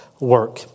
Work